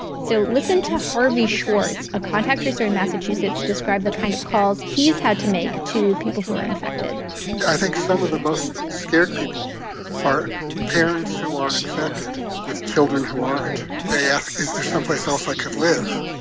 so listen to harvey schwartz, a contact tracer in massachusetts, describe the kind of calls he's had to make to people who are infected i think some of the most scared people are parents who are infected with children who aren't. they ask, is there someplace else i could live?